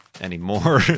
anymore